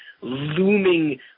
looming